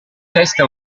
testa